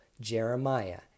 Jeremiah